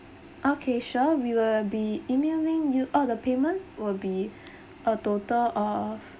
okay sure we will be emailing you oh the payment will be a total of